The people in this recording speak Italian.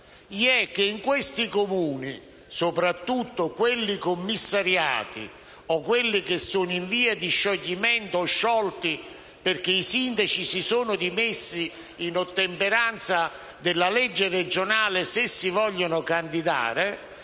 20 aprile. In questi Comuni, soprattutto in quelli commissariati o quelli in via di scioglimento o sciolti perché i sindaci si sono dimessi, in ottemperanza alla legge regionale, per potersi candidare,